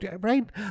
right